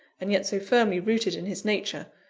and yet so firmly rooted in his nature,